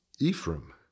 Ephraim